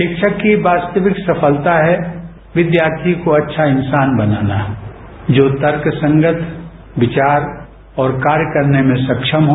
शिक्षक की वास्तविक सफलता है विद्वार्थी को अच्छा इंसान बनाना जो तर्कसंगत विचार और कार्य करने में ससम हो